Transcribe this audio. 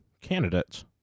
candidates